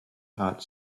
heart